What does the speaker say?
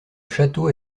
château